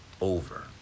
over